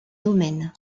domaines